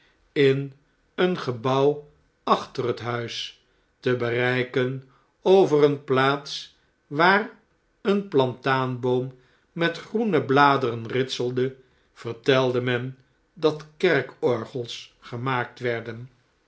in een gebouw achter het huis te bereiken over eene plaats waar een plataanboom met groene bladeren ritselde vertelde men dat kerkorgels gemaakt werden